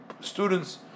students